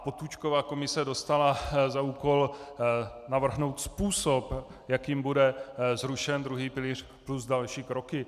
Potůčkova komise dostala za úkol navrhnout způsob, jakým bude zrušen druhý pilíř, plus další kroky.